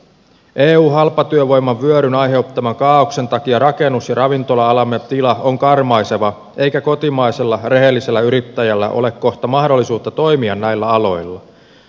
eun halpatyövoiman vyöryn aiheuttaman kaaoksen takia rakennus ja ravintola alamme tila on karmaiseva eikä kotimaisella rehellisellä yrittäjällä ole kohta mahdollisuutta toimia näillä aloilla